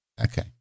Okay